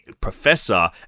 professor